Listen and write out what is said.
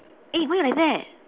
eh why you like that